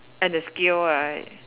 and the skill right